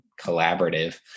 collaborative